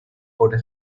por